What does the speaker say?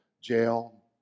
jail